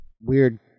weird